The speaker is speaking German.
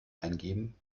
eingeben